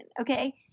okay